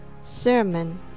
sermon